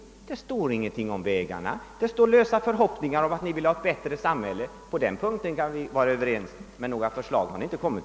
Nej, det står ingenting om vägarna, utan det uttalas endast lösa förhoppningar om att vi vill ha ett bättre samhälle. På den punkten kan vi vara överens, men några förslag har ni inte framlagt.